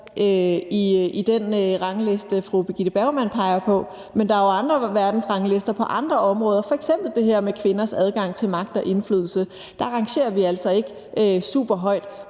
på den rangliste, som fru Birgitte Bergman peger på, men der er jo andre verdensranglister på andre områder, f.eks. det her med kvinders adgang til magt og indflydelse. Der rangerer vi altså ikke superhøjt,